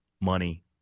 money